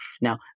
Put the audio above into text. Now